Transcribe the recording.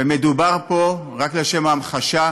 ומדובר פה, רק לשם ההמחשה,